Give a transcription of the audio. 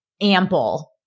ample